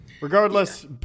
Regardless